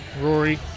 Rory